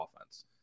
offense